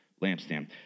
lampstand